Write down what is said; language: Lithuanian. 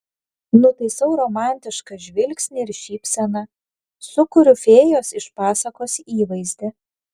nutaisau romantišką žvilgsnį ir šypseną sukuriu fėjos iš pasakos įvaizdį